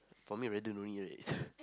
for me I rather no need right